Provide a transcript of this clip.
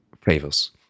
flavors